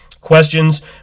questions